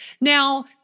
Now